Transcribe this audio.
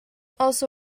also